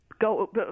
go